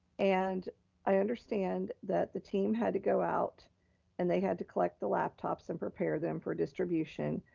and i understand that the team had to go out and they had to collect the laptops and prepare them for distribution,